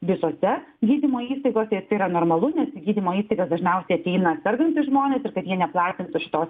visose gydymo įstaigose ir tai yra normalu nes į gydymo įstaigas dažniausiai ateina sergantys žmonės ir kad jie neplatintų šitos